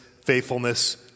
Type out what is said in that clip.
faithfulness